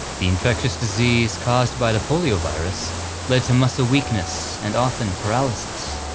the infectious disease caused by the polio virus led to muscle weakness and often paralysis.